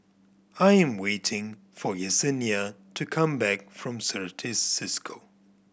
I am waiting for Yessenia to come back from Certis Cisco